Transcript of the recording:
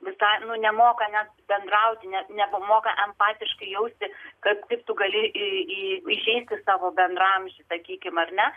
visai nu nemoka net bendrauti ne nebemoka empatiškai jausti kad kaip tu gali į į įžeisti savo bendraamžį sakykim ar ne